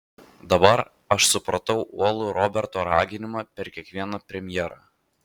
dabar aš supratau uolų roberto raginimą per kiekvieną premjerą